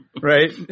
right